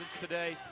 today